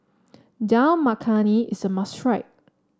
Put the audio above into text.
Dal Makhani is a must try